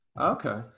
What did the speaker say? Okay